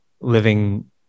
living